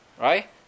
Right